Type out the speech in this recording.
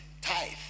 tithe